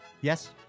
Yes